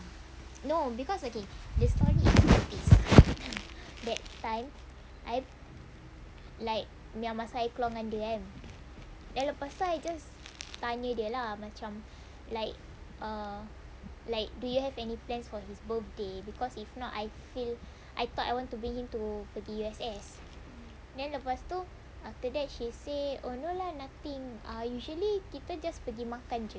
no because okay the story is this that time I like yang masa I keluar dengan dia kan then lepas tu I just tanya dia lah macam like err like do you have any plans for his birthday because if not I feel I thought I want to bring him to pergi U_S_S then lepas tu after that she say oh no lah nothing ah usually kita just pergi makan jer